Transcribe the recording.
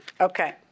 Okay